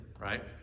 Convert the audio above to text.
right